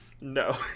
No